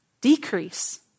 decrease